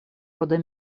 рода